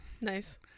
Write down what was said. Nice